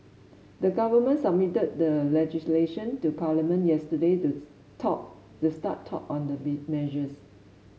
the government submitted the legislation to Parliament yesterday to start talk on the be measures